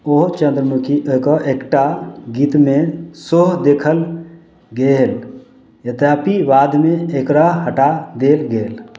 ओ चन्द्रमुखी कऽ एकटा गीतमे सेहो देखल गेल यद्यपि बादमे एकरा हटा देल गेल